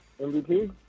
MVP